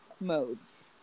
modes